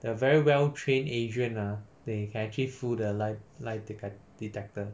the very well trained agent ah they can actually fool the lie lie dece~ detector